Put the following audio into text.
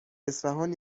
اصفهان